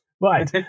Right